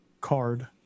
Card